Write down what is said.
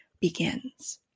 begins